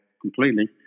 completely